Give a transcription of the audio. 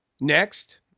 Next